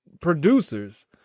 producers